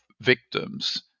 victims